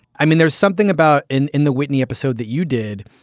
i mean there's something about in in the whitney episode that you did,